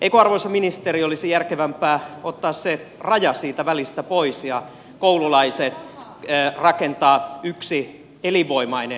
eikö arvoisa ministeri olisi järkevämpää ottaa se raja siitä välistä pois ja rakentaa koululaisille yksi elinvoimainen kyläkoulu